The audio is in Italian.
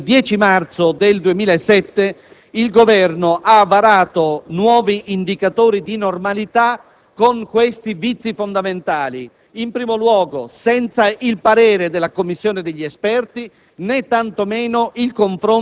accaduto quando, il 10 marzo 2007, il Governo ha varato nuovi indicatori di normalità con i seguenti vizi fondamentali: in primo luogo, senza il parere della commissione degli esperti,